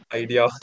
idea